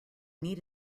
need